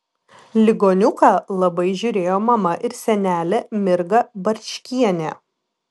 ligoniuką labai žiūrėjo mama ir senelė mirga barčkienė